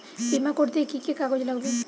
বিমা করতে কি কি কাগজ লাগবে?